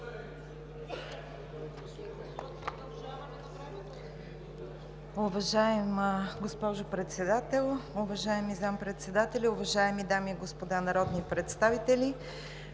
Уважаема госпожо Председател, уважаеми господин Заместник-председател, уважаеми дами и господа народни представители!